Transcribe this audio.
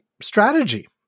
strategy